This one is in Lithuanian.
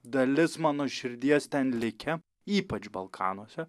dalis mano širdies ten likę ypač balkanuose